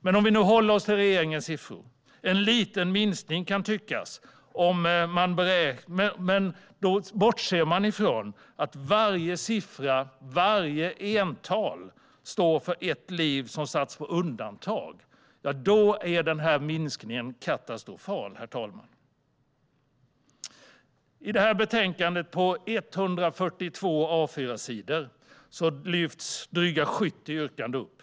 Men om vi nu håller oss till regeringens siffror: Där ser man en liten minskning, kan tyckas, men då bortser man från att varje ental står för ett liv som satts på undantag. Då är minskningen katastrofal. På betänkandets 142 A4-sidor tas drygt 70 yrkanden upp.